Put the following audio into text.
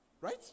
right